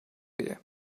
here